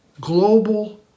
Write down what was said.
global